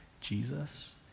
Jesus